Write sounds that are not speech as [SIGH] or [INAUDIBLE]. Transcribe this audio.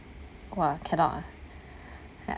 !wah! cannot ah [BREATH] ya